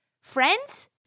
Friends